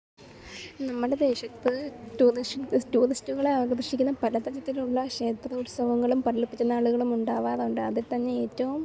നമ്മുടെ ദേശത്ത് ടൂറിഷ് ടൂറിസ്റ്റുകളെ ആകർഷിക്കുന്ന പല തരത്തിലുള്ള ക്ഷേത്രോത്സവങ്ങളും പള്ളി പെരുന്നാളുകളും ഉണ്ടാവാറുണ്ട് അതിൽ തന്നെ ഏറ്റവും